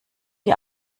die